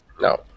No